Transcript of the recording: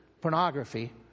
Pornography